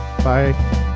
Bye